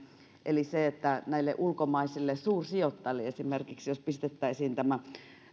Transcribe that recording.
eli että esimerkiksi näille ulkomaisille suursijoittajille jos pistettäisiin